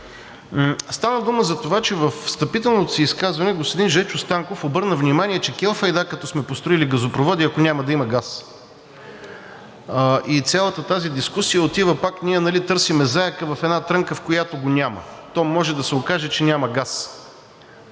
Става дума за това, че във встъпителното си изказване господин Жечо Станков обърна внимание, че кел файда, като сме построили газопроводи, ако няма да има газ. Цялата тази дискусия отива пак, ние нали търсим заека в една трънка, в която го няма, то може да се окаже, че няма газ